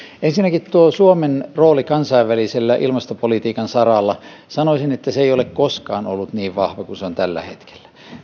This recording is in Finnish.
ensinnäkin suomen rooli kansainvälisen ilmastopolitiikan saralla sanoisin että se ei ole koskaan ollut niin vahva kuin se on tällä hetkellä